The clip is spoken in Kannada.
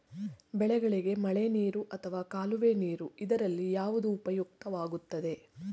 ಬೆಳೆಗಳಿಗೆ ಮಳೆನೀರು ಅಥವಾ ಕಾಲುವೆ ನೀರು ಇದರಲ್ಲಿ ಯಾವುದು ಉಪಯುಕ್ತವಾಗುತ್ತದೆ?